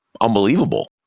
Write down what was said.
unbelievable